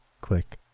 click